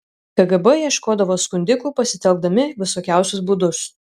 kgb ieškodavo skundikų pasitelkdami visokiausius būdus